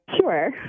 sure